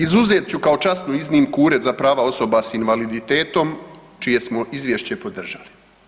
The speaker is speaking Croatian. Izuzet ću kao časnu iznimku Ured za prava osoba sa invaliditetom čije smo izvješće podržali.